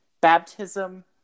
baptism